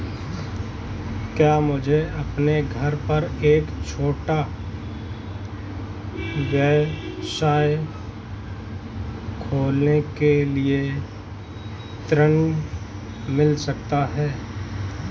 क्या मुझे अपने घर पर एक छोटा व्यवसाय खोलने के लिए ऋण मिल सकता है?